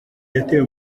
yateye